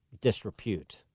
disrepute